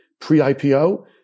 pre-IPO